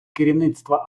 керівництва